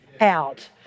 out